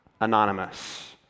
anonymous